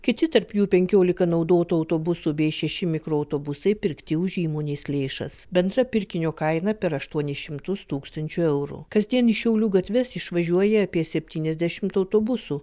kiti tarp jų penkiolika naudotų autobusų bei šeši mikroautobusai pirkti už įmonės lėšas bendra pirkinio kaina per aštuonis šimtus tūkstančių eurų kasdien į šiaulių gatves išvažiuoja apie septyniasdešimt autobusų